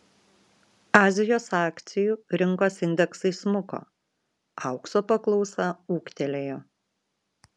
azijos akcijų rinkos indeksai smuko aukso paklausa ūgtelėjo